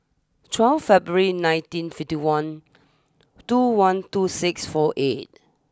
twelve February nineteen fifty one two one two six four eight